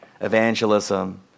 evangelism